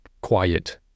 quiet